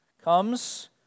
comes